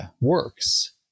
works